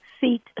seat